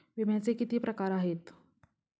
विम्याचे किती प्रकार आहेत?